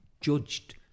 judged